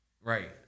Right